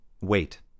Wait